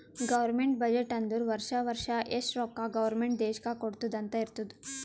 government budget ಅಂದುರ್ ವರ್ಷಾ ವರ್ಷಾ ಎಷ್ಟ ರೊಕ್ಕಾ ಗೌರ್ಮೆಂಟ್ ದೇಶ್ಕ್ ಕೊಡ್ತುದ್ ಅಂತ್ ಇರ್ತುದ್